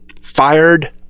Fired